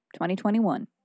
2021